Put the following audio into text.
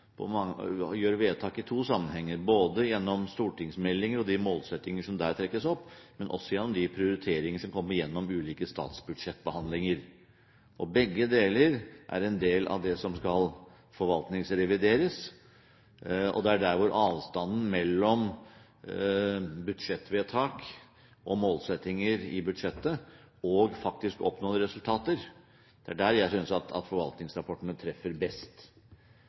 gjør vedtak i to sammenhenger – både gjennom stortingsmeldinger og de målsettinger som der trekkes opp, og gjennom de prioriteringer som kommer gjennom ulike statsbudsjettbehandlinger. Begge deler er en del av det som skal forvaltningsrevideres. Det er når det gjelder avstanden mellom budsjettvedtak og målsettinger i budsjettet og faktisk oppnådde resultater, jeg synes at forvaltningsrapportene treffer best.